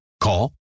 Call